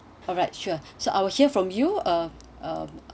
alright sure so I will hear from you uh uh